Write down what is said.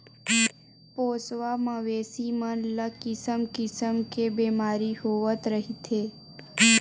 पोसवा मवेशी मन ल किसम किसम के बेमारी होवत रहिथे